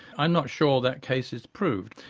i'm not sure that case is proved.